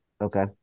okay